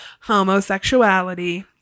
homosexuality